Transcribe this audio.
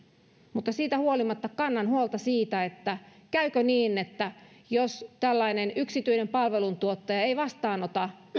mutta siitä huolimatta kannan huolta siitä käykö niin että jos tällainen yksityinen palveluntuottaja ei vastaanota